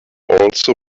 also